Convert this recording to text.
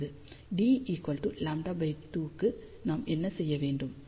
d λ2 க்கு நாம் என்ன செய்ய வேண்டும்